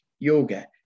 yoga